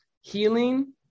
healing